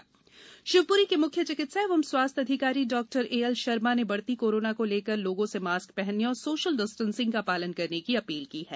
जन आंदोलन शिवप्री के मुख्य चिकित्सा एवं स्वास्थ्य अधिकारी डॉ ए एल शर्मा ने बढ़ती कोरोना को लेकर लोगों से मास्क पहनने और सोशल डिस्टेंसिंग का पालन करने की अपील की है